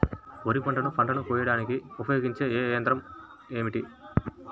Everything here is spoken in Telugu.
వరిపంటను పంటను కోయడానికి ఉపయోగించే ఏ యంత్రం ఏమిటి?